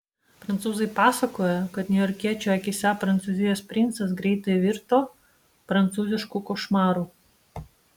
prancūzai pasakojo kad niujorkiečių akyse prancūzijos princas greitai virto prancūzišku košmaru